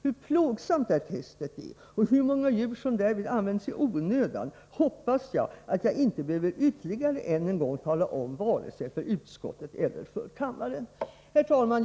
Hur plågsamma dessa tester är och hur många djur som därvid används i onödan hoppas jag att jag inte än en gång behöver tala om vare sig för utskottet eller för kammaren. Herr talman!